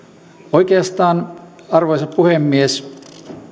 oikeastaan arvoisa puhemies